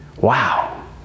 Wow